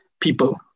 people